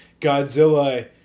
Godzilla